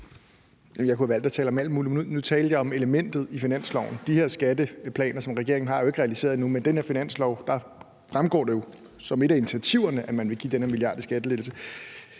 Jeg kunne have valgt at tale om alt muligt, men nu talte jeg om elementet i finanslovsforslaget. De her skatteplaner, som regeringen har, er jo ikke realiseret endnu, men af det her finanslovsforslag fremgår det jo som et af initiativerne, at man vil give den her milliard i skattelettelse.